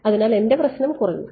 അതിനാൽ എന്റെ പ്രശ്നം കുറഞ്ഞു